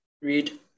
read